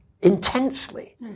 intensely